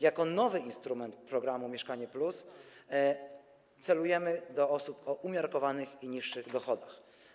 Jeśli chodzi o nowy instrument programu „Mieszkanie+”, celujemy do osób o umiarkowanych i niższych dochodach.